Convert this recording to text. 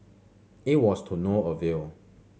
it was to no avail